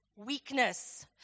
weakness